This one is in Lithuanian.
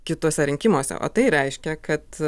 kituose rinkimuose o tai reiškia kad